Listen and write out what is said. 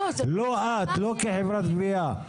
לא את, לא כחברת גבייה.